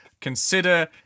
consider